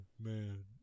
man